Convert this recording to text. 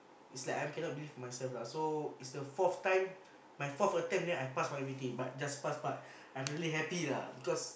it's like I'm cannot believe myself lah so it's the fourth time my fourth attempt then I pass my I_P_P_T but just pass pass I'm really happy lah because